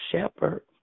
shepherd